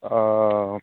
ओ